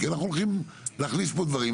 כי אנחנו הולכים להכניס פה דבירם,